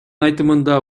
айтымында